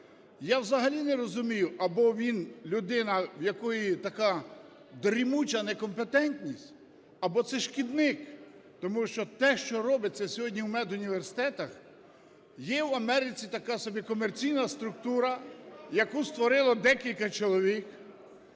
Я взагалі не розумію: або він людина, в якої така дрімуча некомпетентність, або це шкідник. Тому що те, що робиться сьогодні в медуніверситетах… Є в Америці така собі комерційна структура, яку створило декілька чоловік,